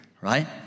Right